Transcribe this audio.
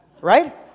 right